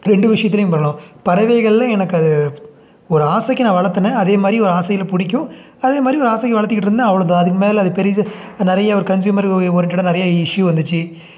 ரெண்டு விஷயத்துலேயும் பண்ணலாம் பறவைகளில் எனக்கு அது ஒரு ஆசைக்கு நான் வளத்துனே அதே மாதிரி ஒரு ஆசையில் பிடிக்கும் அதே மாதிரி ஒரு ஆசையை வளர்த்திக்கிட்ருந்தேன் அவ்வளோதான் அதுக்கு மேலே அது பெரிது நிறையா ஒரு கன்ஸ்யூமர் ஓரியண்ட்டடாக நிறைய இஷ்யூ வந்துச்சு